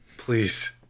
Please